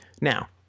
Now